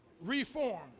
Reform